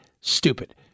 stupid